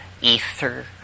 ether